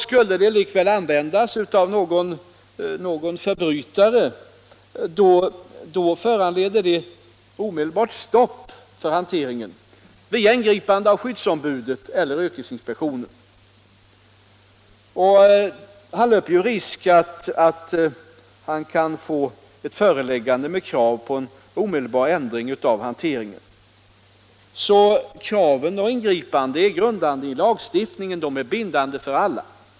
Skulle det likväl användas av någon ”förbrytare” föranleder det omedelbart stopp för hanteringen via ingripande av skyddsombudet eller yrkesinspektionen. Han löper risken att få ett föreläggande med krav på omedelbar ändring av hanteringen. Kraven och ingripandena är grundade i lagstiftningen och bindande för alla.